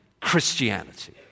Christianity